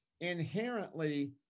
inherently